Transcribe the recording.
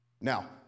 Now